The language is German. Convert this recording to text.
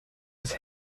das